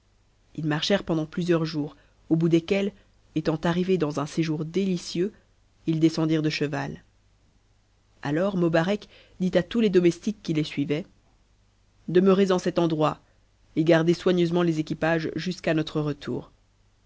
ils marchèrent pendant plusieurs jours au bout desquels étant arrivés dans un séjour délicieux ils descendirent de cheval alors mobarec dit à tous les domestiques qui les suivaient demeurez en cet endroit et gardez soigneusement les équipages jusqu'à notre retour